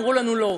אמרו לנו: לא,